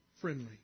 friendly